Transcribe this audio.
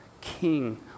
King